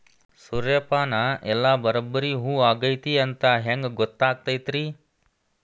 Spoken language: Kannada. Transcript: ಸೂರ್ಯಪಾನ ಎಲ್ಲ ಬರಬ್ಬರಿ ಹೂ ಆಗೈತಿ ಅಂತ ಹೆಂಗ್ ಗೊತ್ತಾಗತೈತ್ರಿ?